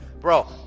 bro